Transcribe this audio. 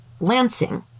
Lansing